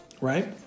right